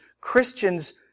Christians